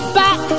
back